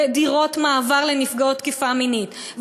דירות מעבר לנפגעות תקיפה מינית,